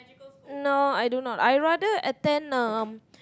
no I do not I rather attend